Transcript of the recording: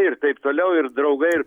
ir taip toliau ir draugai ir